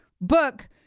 book